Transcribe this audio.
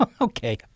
Okay